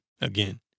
again